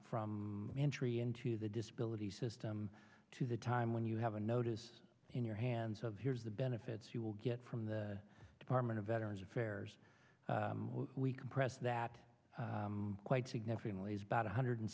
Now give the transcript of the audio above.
from entry into the disability system to the time when you have a notice in your hands of here's the benefits you will get from the department of veterans affairs we compress that quite significantly is about one hundred